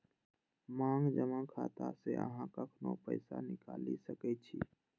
मांग जमा खाता सं अहां कखनो पैसा निकालि सकै छी